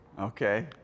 Okay